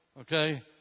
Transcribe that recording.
okay